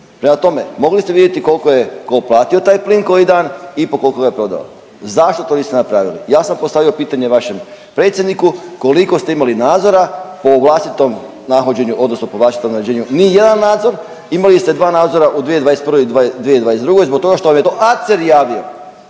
Prema tome, mogli ste vidjeti koliko je tko platio taj plin koji dan i po koliko ga je prodao. Zašto to niste napravili? Ja sam postavio pitanje vašem predsjedniku, koliko ste imali nadzora, po vlastitom nahođenju odnosno po vlastitom naređenju, nijedan nadzor. Imali ste 2 nadzora u 2021. i 2022. zbog toga što vam je to ACER javio,